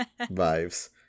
vibes